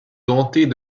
dentées